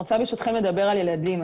ברשותכם, אני רוצה לדבר על ילדים.